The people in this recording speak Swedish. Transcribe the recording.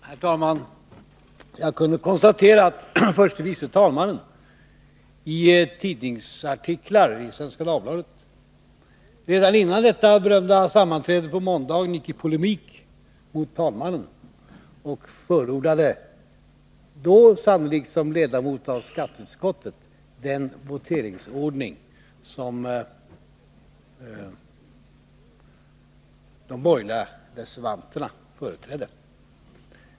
Herr talman! Jag kunde konstatera att förste vice talmannen i tidningsartiklar i Svenska Dagbladet redan före detta berömda sammanträde på måndagen gick i polemik mot talmannen och förordade, då sannolikt som ledamot av skatteutskottet, den voteringsordning som de borgerliga reservanterna stod bakom.